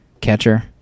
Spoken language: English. Catcher